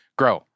grow